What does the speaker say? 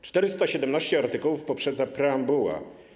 417 artykułów poprzedza preambuła.